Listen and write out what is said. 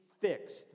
fixed